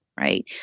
right